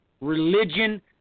religion